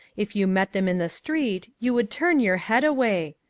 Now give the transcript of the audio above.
if you met them in the street you would turn your head away.